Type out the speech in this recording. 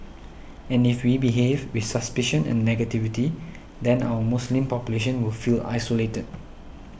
and if we behave with suspicion and negativity then our Muslim population will feel isolated